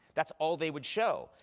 that's all they would show.